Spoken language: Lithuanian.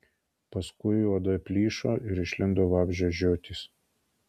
paskui oda plyšo ir išlindo vabzdžio žiotys